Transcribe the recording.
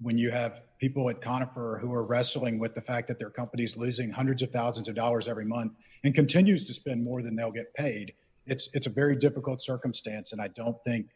when you have people at conifer who are wrestling with the fact that their companies losing hundreds of thousands of dollars every month and continues to spend more than they'll get paid it's a very difficult circumstance and i don't think